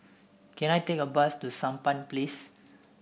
can I take a bus to Sampan Place